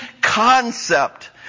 concept